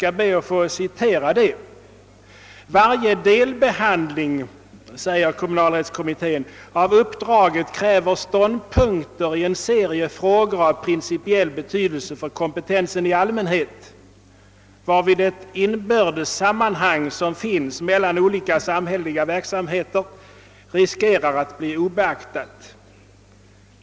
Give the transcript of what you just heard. Jag ber att få citera ett uttalande av kommittén, där det heter: »Varje delbehandling av uppdraget kräver ståndpunkter i en serie frågor av principiell betydelse för kompetensen i allmänhet, varvid det inbördes sammanhang som finns mellan olika samhälleliga verk samheter riskerar att bli obeaktat.